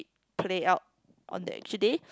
play out on the actual day